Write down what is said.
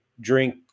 drink